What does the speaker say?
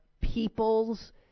people's